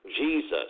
Jesus